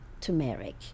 turmeric